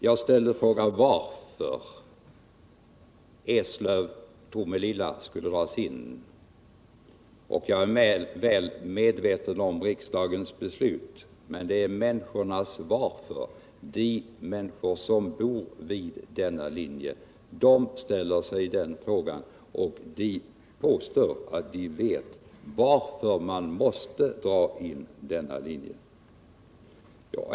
Jag ställde frågan varför linjen Eslöv-Tomelilla skulle dras in. Jag är väl medveten om riksdagens beslut, men det är människornas ”varför” jag vidarebefordrar — det gäller de människor som bor vid denna linje. De ställer sig den frågan, och de påstår att de vet varför man måste dra in denna linje.